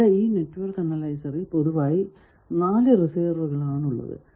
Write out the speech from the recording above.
ഇവിടെ ഈ നെറ്റ്വർക്ക് അനലൈസറിൽ പൊതുവായി 4 റിസീവറുകൾ ആണ് ഉള്ളത്